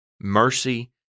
mercy